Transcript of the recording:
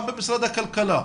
גם במשרד הכלכלה.